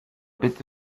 bitte